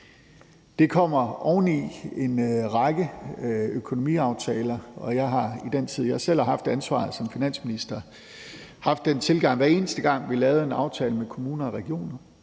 det kommer oven i en række økonomiaftaler. Jeg har i den tid, jeg selv har haft ansvaret som finansminister, haft den tilgang, at pengene, hver eneste gang, vi har lavet en aftale med kommuner og regioner,